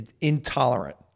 intolerant